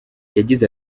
yagize